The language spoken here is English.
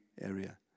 area